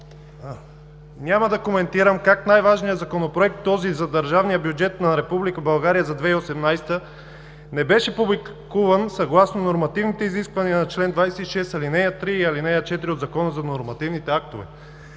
Няма да коментирам как най-важният Законопроект, този за държавния бюджет на Република България за 2018 г., не беше публикуван съгласно нормативните изисквания на чл. 26, ал. 3 и ал. 4 от Закона за нормативните актове.